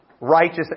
righteous